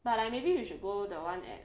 but like maybe we should go the one at